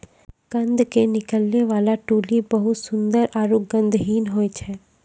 कंद के निकलै वाला ट्यूलिप बहुत सुंदर आरो गंधहीन होय छै